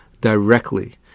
directly